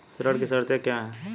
ऋण की शर्तें क्या हैं?